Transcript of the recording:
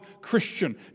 Christian